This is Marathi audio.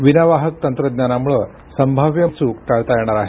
विनावाहक तंत्रज्ञानामुळं संभाव्य चूक टाळता येणार आहे